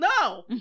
no